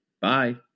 Bye